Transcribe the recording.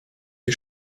die